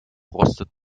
rostet